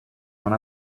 non